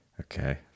Okay